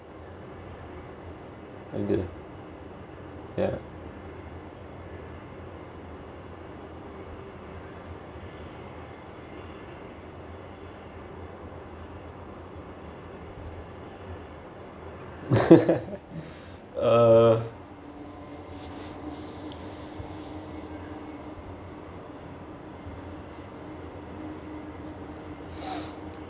ya uh